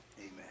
Amen